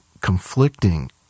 conflicting